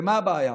ומה הבעיה?